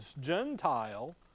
Gentile